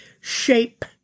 shape